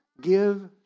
give